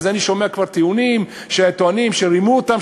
אז אני שומע כבר טיעונים שטוענים שרימו אותם,